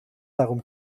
darum